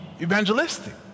evangelistic